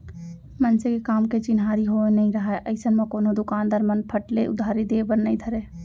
मनसे के काम के चिन्हारी होय नइ राहय अइसन म कोनो दुकानदार मन फट ले उधारी देय बर नइ धरय